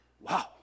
Wow